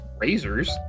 razors